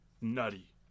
Nutty